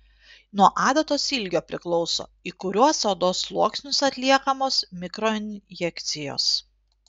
nuo adatos ilgio priklauso į kuriuos odos sluoksnius atliekamos mikroinjekcijos